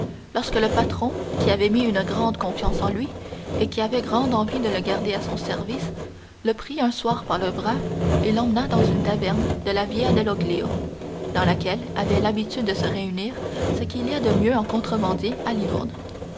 lorsque le patron qui avait mis une grande confiance en lui et qui avait grande envie de le garder à son service le prit un soir par le bras et l'emmena dans une taverne de la via del oglio dans laquelle avait l'habitude de se réunir ce qu'il y a de mieux en contrebandiers à